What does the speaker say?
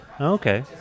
Okay